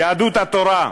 יהדות התורה: